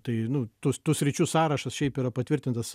tai nu tų tų sričių sąrašas šiaip yra patvirtintas